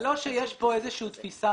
זה לא שיש כאן איזושהי תפיסה